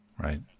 right